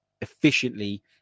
efficiently